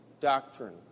Doctrine